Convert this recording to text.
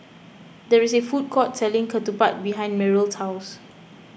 there is a food court selling Ketupat behind Merrill's house